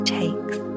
takes